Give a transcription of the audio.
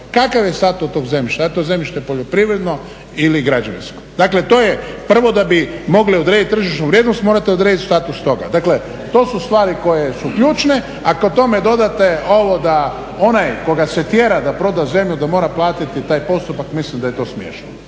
kakav je status tog zemljišta? Da li je to zemljište poljoprivredno ili građevinsko? Dakle to je, prvo da bi mogli odrediti tržišnu vrijednost, morate odrediti status toga. Dakle, to su stvari koje su ključne, a kad tome dodate ovo da onaj koga se tjera da proda zemlju da mora platiti taj postupak, mislim da je to smiješno.